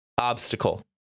obstacle